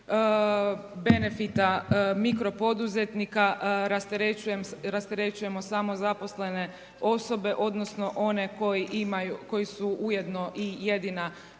benefita mirkopoduzetnika rasterećujemo samozaposlene osobe odnosno, one koji su ujedno i jedina